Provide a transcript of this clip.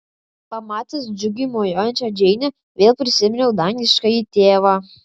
pamatęs džiugiai mojuojančią džeinę vėl prisiminiau dangiškąjį tėvą